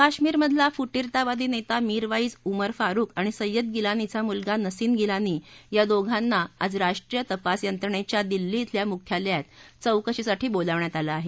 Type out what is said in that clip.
काश्मीर मधला फुटीरतावादी नस्ति मीरवाईज उमर फारुक आणि सय्यद गिलानीचा मुलगा नसीन गिलानी या दोघांना आज राष्ट्रीय तपास यंत्रणच्या दिल्ली डेल्या मुख्यालयात चौकशीसाठी बोलावण्यात आलं आहे